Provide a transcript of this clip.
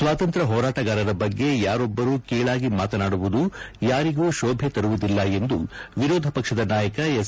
ಸ್ವಾತಂತ್ರ್ತ ಹೋರಾಟಗಾರರ ಬಗ್ಗೆ ಯಾರೊಬ್ಬರು ಕೀಳಾಗಿ ಮಾತನಾಡುವುದು ಯಾರಿಗೂ ಶೋಭೆ ತರುವುದಿಲ್ಲ ಎಂದು ವಿರೋಧ ಪಕ್ಷದ ನಾಯಕ ಎಸ್